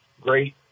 Great